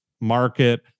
market